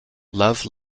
love